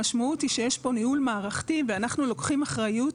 המשמעות היא שיש פה ניהול מערכתי ואנחנו לוקחים אחריות